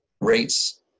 Rates